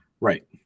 Right